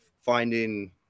finding